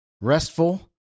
restful